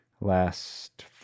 last